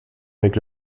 avec